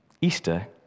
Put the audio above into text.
Easter